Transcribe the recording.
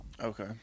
okay